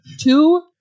two